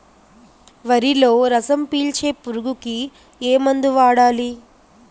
వరిలో రసం పీల్చే పురుగుకి ఏ మందు వాడాలి?